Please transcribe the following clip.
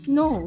no